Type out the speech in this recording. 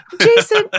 Jason